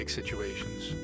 situations